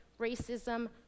racism